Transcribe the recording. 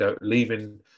leaving